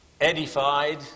edified